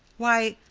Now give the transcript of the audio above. why,